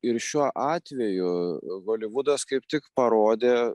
ir šiuo atveju holivudas kaip tik parodė